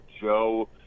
Joe